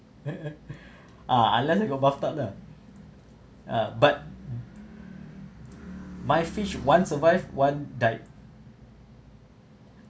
ah unless there's got bathtub lah uh but my fish one survive one died